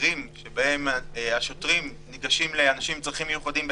מקרים שבהם השוטרים ניגשים לאנשים עם צרכים מיוחדים,